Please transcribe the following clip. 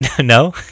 No